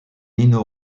nino